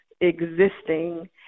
existing